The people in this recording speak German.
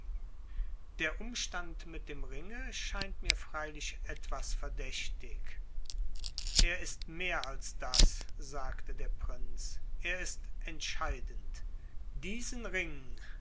der umstand mit dem ringe scheint mir freilich etwas verdächtig er ist mehr als das sagte der prinz er ist entscheidend diesen ring